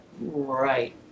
Right